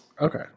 Okay